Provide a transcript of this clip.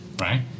right